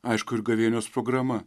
aišku ir gavėnios programa